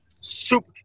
Super –